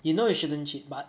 you know you shouldn't cheat but